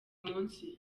munsi